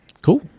Cool